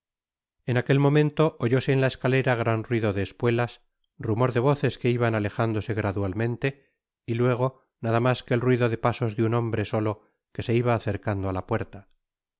en aquel momento oyóse en la escalera gran ruido de espuelas rumor de voces que iban alejándose gradualmente y luego nada mas que el ruido de pasos de un hombre solo que se iba acercando á la puerta